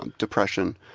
depression,